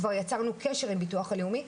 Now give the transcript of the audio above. כבר יצרנו קשר עם הביטוח הלאומי,